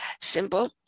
simple